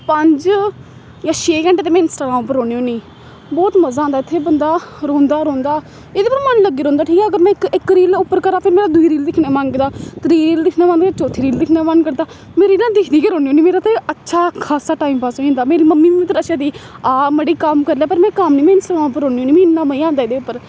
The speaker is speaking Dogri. पंज जां छे घैंटे ते में इंस्टाग्राम पर रौह्न्नी होन्नी बहुत मजा आंदा इत्थै बंदा रौंह्दा रौंह्दा एह्दे पर मन लग्गी रौंह्दा ठीक ऐ अगर में इक रील उप्पर करां में दूई रील दिक्खने गी मन करदा त्री रील दिक्खना मन करदा ते चौथी रील दिक्खने दा मन करदा में रीलां दिक्खदी गै रौह्न्नी होन्नी मेरा ते अच्छा खासा टाइम पास होई जंदा मेरी मम्मी बी आ मड़ी कम्म करी लै पर कम्म में इंस्टाग्राम पर रौह्न्नी होन्नी मीं इन्ना मज़ आंदा एह्दे उप्पर